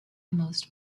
most